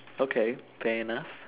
okay fair enough